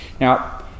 Now